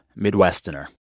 Midwesterner